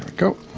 go.